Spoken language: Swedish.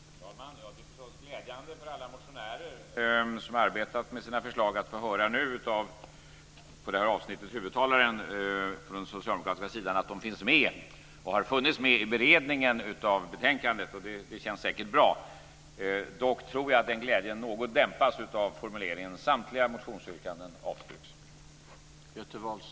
Herr talman! Det är förstås glädjande för alla motionärer som har arbetat med sina förslag att nu få höra från att den socialdemokratiske huvudtalaren i detta avsnitt att deras förslag finns med och har funnits med i beredningen av betänkandet. Det känns säkert bra. Dock tror jag att den glädjen något dämpas av formuleringen: "Samtliga motionsyrkanden avstyrks."